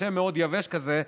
השם מאוד יבש כזה,